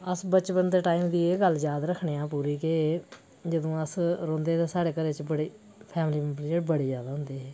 अस बचपन दे टाईम दी एह् गल्ल याद रक्खने आं पूरी कि जदूं अस रौंह्दे हे ता साढ़े घरै च बड़े फैमिली मेम्बर जेहड़े बड़े जैदा होंदे हे